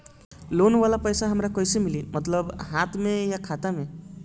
Loan वाला पैसा हमरा कइसे मिली मतलब हाथ में या खाता में?